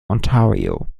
ontario